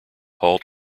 paul